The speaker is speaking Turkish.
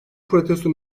protesto